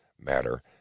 matter